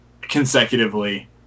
consecutively